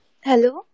Hello